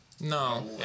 No